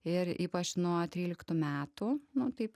ir ypač nuo tryliktų metų nu taip